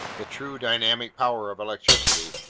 the true dynamic power of electricity.